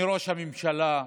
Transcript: מראש הממשלה,